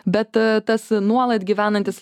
bet tas nuolat gyvenantys